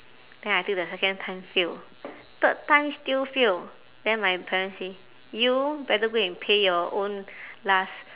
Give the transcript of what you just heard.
then I take the second time fail third time still fail then my parents say you better go and pay your own last